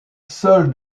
seul